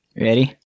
Ready